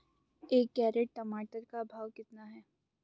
एक कैरेट टमाटर का भाव कितना है?